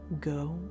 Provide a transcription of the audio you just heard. go